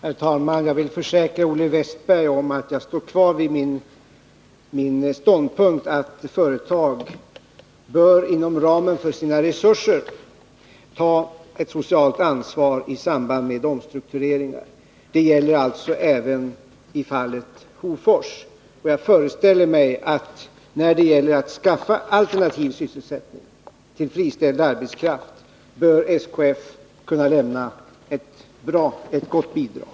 Herr talman! Jag vill försäkra Olle Westberg i Hofors att jag står kvar vid min ståndpunkt att företag bör, inom ramen för sina resurser, ta ett socialt ansvar i samband med omstruktureringar. Det gäller alltså även i fallet Hofors. Jag föreställer mig att när det gäller att skaffa alternativ sysselsättning till friställd arbetskraft bör SKF kunna lämna ett gott bidrag.